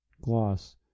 Gloss